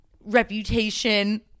reputation